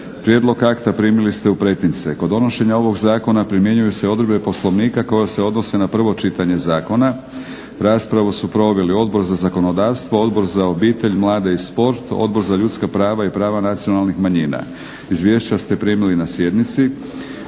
Prijedlog akta primili ste u pretince. Kod donošenja ovog zakona primjenjuju se odredbe Poslovnika koje se odnose na prvo čitanje zakona. Raspravu su proveli Odbor za zakonodavstvo, Odbor za obitelj, mlade i sport, Odbor za ljudska prava i prava nacionalnih manjina. Izvješća ste primili na sjednici.